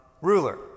ruler